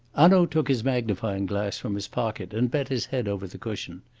hanaud took his magnifying-glass from his pocket and bent his head over the cushion.